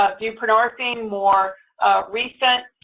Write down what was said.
ah buprenorphine more recent,